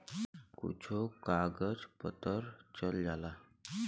कुच्छो कागज पत्तर चल जाला